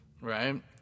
Right